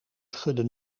schudde